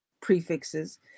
prefixes